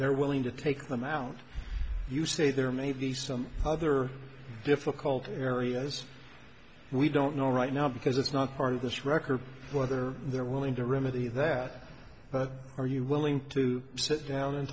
they're willing to take the amount you say there may be some other difficult areas we don't know right now because it's not part of this record whether they're willing to remedy that but are you willing to sit down and